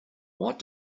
what